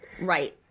Right